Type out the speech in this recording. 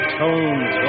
tones